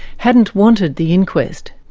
hadn't wanted the inquest.